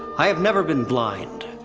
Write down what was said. i have never been blind.